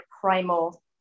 primal